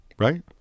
Right